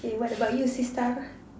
K what about you sister